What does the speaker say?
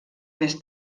més